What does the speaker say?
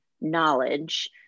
knowledge